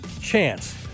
Chance